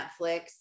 Netflix